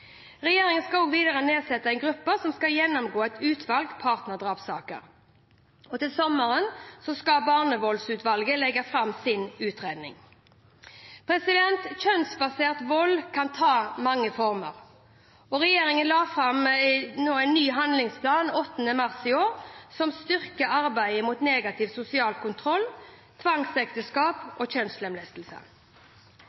Regjeringen skal videre nedsette en gruppe som skal gjennomgå et utvalg partnerdrapssaker, og til sommeren skal Barnevoldsutvalget legge fram sin utredning. Kjønnsbasert vold kan ta mange former. Regjeringen la 8. mars i år fram en ny handlingsplan som styrker arbeidet mot negativ sosial kontroll, tvangsekteskap